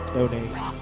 donate